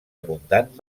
abundant